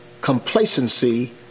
complacency